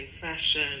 fashion